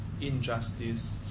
injustice